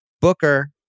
Booker